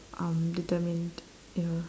um determined you know